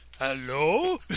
Hello